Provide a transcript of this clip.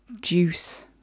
juice